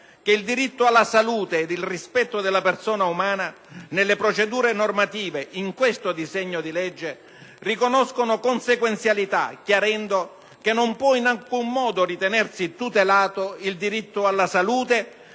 che il diritto alla salute ed il rispetto della persona umana nelle procedure normative, in questo disegno di legge, riconoscono consequenzialità chiarendo che non può in alcun modo ritenersi tutelato il diritto alla salute